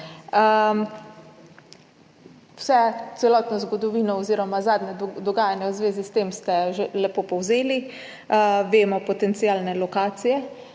Celotno zgodovino oziroma zadnje dogajanje v zvezi s tem ste lepo povzeli. Poznamo potencialne lokacije.